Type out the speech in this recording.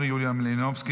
יוליה מלינובסקי,